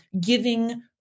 giving